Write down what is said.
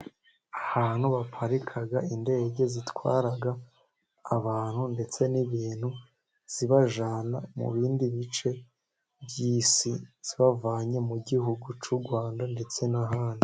Ahantu baparika indege zitwara abantu, ndetse n'ibintu zibajyana mu bindi bice by'isi, zibavanye mu gihugu cy'u Rwanda ndetse n'ahandi.